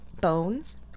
bones